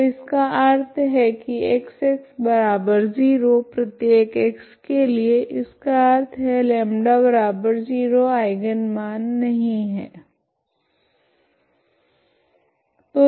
तो इसका अर्थ है की X0 प्रत्येक x के लिए इसका अर्थ है λ0 आइगन मान नहीं है